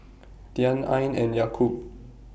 Dian Ain and Yaakob